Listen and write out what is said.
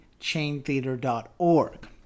chaintheater.org